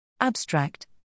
Abstract